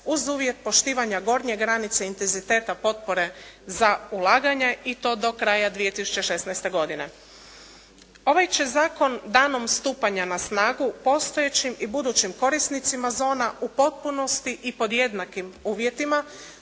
uz uvjet poštivanja gornje granice intenziteta potpore za ulaganja i to do kraja 2016. godine. Ovaj će zakon danom stupanja na snagu postojećim i budućim korisnicima zona u potpunosti i pod jednakim uvjetima